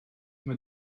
mae